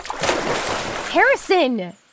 Harrison